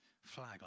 flag